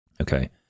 okay